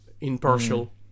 impartial